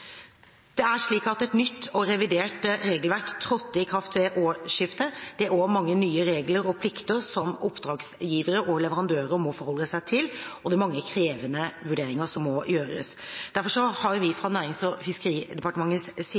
Det er slik at et nytt og revidert regelverk trådte i kraft ved årsskiftet. Det er mange nye regler og plikter som oppdragsgivere og leverandører må forholde seg til, og det er mange krevende vurderinger som må gjøres. Derfor har vi fra Nærings- og fiskeridepartementets side